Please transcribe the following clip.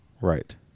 Right